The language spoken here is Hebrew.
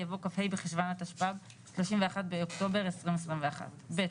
יבוא 'כ"ה בחשון התשפ"ב 31 באוקטובר 2021'. ב.